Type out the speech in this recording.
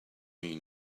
mean